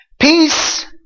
Peace